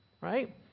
right